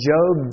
Job